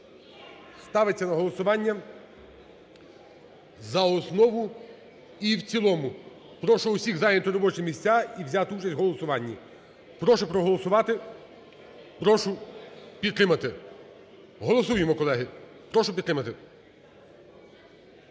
ставиться на голосування за основу і в цілому. Прошу всіх зайняти робочі місця і взяти участь в голосуванні. Прошу проголосувати. Прошу підтримати. Голосуємо, колеги. Прошу підтримати.